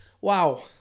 Wow